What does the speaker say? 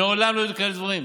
מעולם לא היו כאלה דברים.